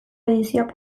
edizioak